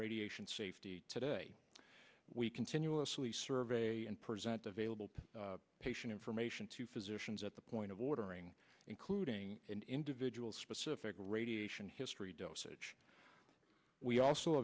radiation safety today we continuously survey and present available patient information to physicians at the point of ordering including individual specific radiation history dosage we also